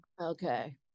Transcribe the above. Okay